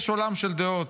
יש עולם של דעות.